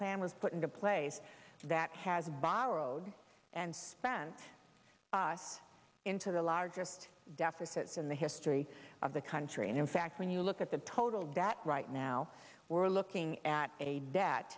plan was put into place that has borrowed and spent into the largest deficits in the history of the country and in fact when you look at the total debt right now we're looking at a